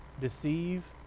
deceive